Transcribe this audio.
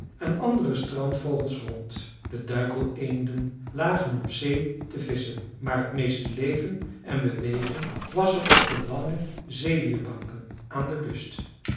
en andere strandvogels rond de duikeleenden lagen op zee te visschen maar t meeste leven en beweging was er op de lange zeewierbanken aan de kust